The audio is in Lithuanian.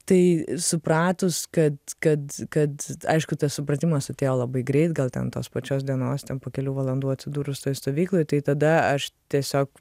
tai supratus kad kad kad aišku tas supratimas atėjo labai greit gal ten tos pačios dienos ten po kelių valandų atsidūrus toj stovykloj tai tada aš tiesiog